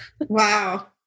Wow